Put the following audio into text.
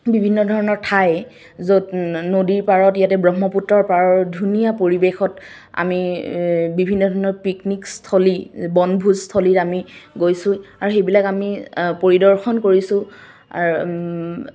বিভিন্ন ধৰণৰ ঠাই য'ত নদীৰ পাৰত ইয়াতে ব্ৰহ্মপুত্ৰৰ পাৰৰ ধুনীয়া পৰিৱেশত আমি বিভিন্ন ধৰণৰ পিকনিকস্থলী বনভোজস্থলীত আমি গৈছোঁ আৰু সেইবিলাক আমি পৰিদৰ্শন কৰিছোঁ